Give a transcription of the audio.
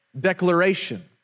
declaration